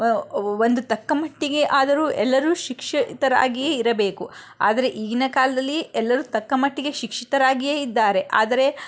ಒಂದು ತಕ್ಕ ಮಟ್ಟಿಗೆ ಆದರೂ ಎಲ್ಲರೂ ಶಿಕ್ಷಿತರಾಗಿಯೇ ಇರಬೇಕು ಆದರೆ ಈಗಿನ ಕಾಲದಲ್ಲಿ ಎಲ್ಲರೂ ತಕ್ಕ ಮಟ್ಟಿಗೆ ಶಿಕ್ಷಿತರಾಗಿಯೇ ಇದ್ದಾರೆ ಆದರೆ